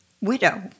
widow